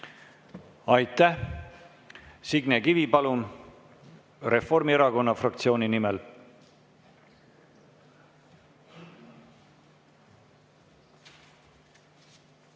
Aitäh! Signe Kivi, palun! Reformierakonna fraktsiooni nimel.